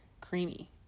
creamy